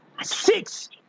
Six